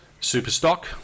superstock